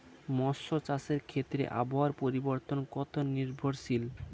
মৎস্য চাষের ক্ষেত্রে আবহাওয়া পরিবর্তন কত নির্ভরশীল?